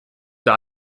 will